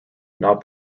not